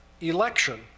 election